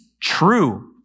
true